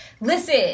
Listen